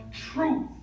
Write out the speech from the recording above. truth